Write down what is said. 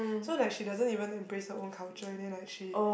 so like she doesn't even embrace her own culture and then like she